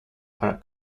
are